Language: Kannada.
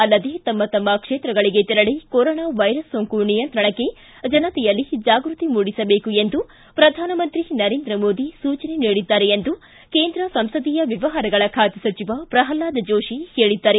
ಅಲ್ಲದೇ ತಮ್ಮ ತಮ್ಮ ಕ್ಷೇತ್ರಗಳಿಗೆ ತೆರಳಿ ಕೊರೊನಾ ವೈರಸ್ ಸೋಂಕು ನಿಯಂತ್ರಣಕ್ಕೆ ಜನತೆಯಲ್ಲಿ ಜಾಗೃತಿ ಮೂಡಿಸಬೇಕು ಎಂದು ಶ್ರಧಾನಮಂತ್ರಿ ನರೇಂದ್ರ ಮೋದಿ ಸೂಚನೆ ನೀಡಿದ್ದಾರೆ ಎಂದು ಕೇಂದ್ರ ಸಂಸದೀಯ ವ್ಣವಹಾರಗಳ ಖಾತೆ ಸಚಿವ ಪ್ರಲ್ವಾದ ಜೋಶಿ ಹೇಳಿದ್ದಾರೆ